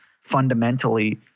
fundamentally